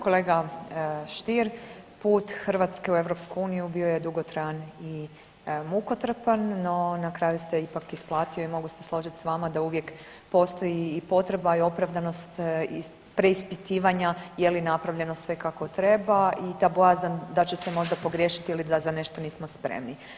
Kolega Stier, put Hrvatske u EU bio je dugotrajan i mukotrpan, no na kraju se ipak isplatio i mogu se složiti s vama da uvijek postoji i potreba i opravdanost preispitivanja je li napravljeno sve kako treba i ta bojazan da će se možda pogriješiti ili da za nešto nismo spremni.